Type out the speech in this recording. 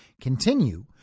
continue